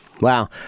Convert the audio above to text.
Wow